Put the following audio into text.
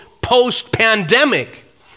post-pandemic